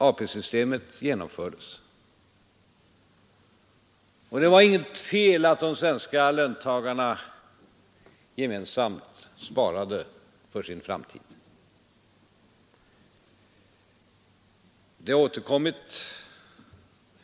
ATP-systemet genomfördes, och det var inget fel att de svenska löntagarna fick trygghet och gemensamt sparade för sin framtid.